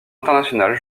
international